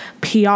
PR